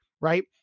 right